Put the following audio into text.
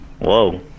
Whoa